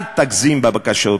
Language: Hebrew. אל תגזים בבקשות,